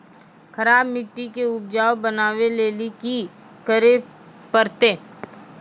खराब मिट्टी के उपजाऊ बनावे लेली की करे परतै?